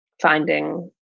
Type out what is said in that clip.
finding